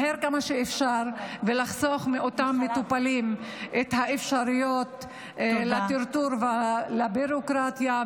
מהר ככל שאפשר ולחסוך מאותם מטופלים אפשרויות לטרטור ולביורוקרטיה,